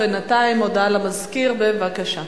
ובינתיים, הודעה למזכיר, בבקשה.